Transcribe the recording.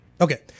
Okay